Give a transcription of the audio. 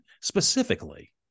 specifically